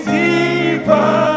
deeper